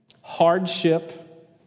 hardship